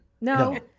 No